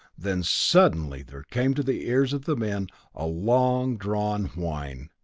then suddenly there came to the ears of the men a long drawn whine,